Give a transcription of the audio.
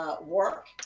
work